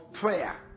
prayer